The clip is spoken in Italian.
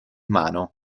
mano